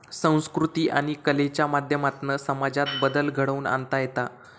संकृती आणि कलेच्या माध्यमातना समाजात बदल घडवुन आणता येता